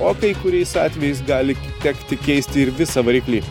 o kai kuriais atvejais gali tekti keisti ir visą variklį